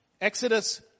Exodus